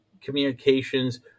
communications